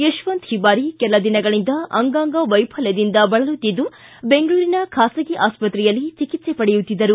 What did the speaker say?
ಯಶವಂತ ಓಬಾರಿ ಕೆಲ ದಿನಗಳಿಂದ ಅಂಗಾಂಗ ವೈಫಲ್ಟದಿಂದ ಬಳಲುತ್ತಿದ್ದು ಬೆಂಗಳೂರಿನ ಖಾಸಗಿ ಆಸ್ಪತ್ರೆಯಲ್ಲಿ ಚಿಕಿತ್ಸೆ ಪಡೆಯುತ್ತಿದ್ದರು